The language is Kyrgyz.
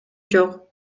жок